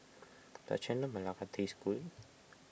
does Chendol Melaka taste good